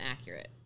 accurate